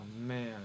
man